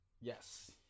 Yes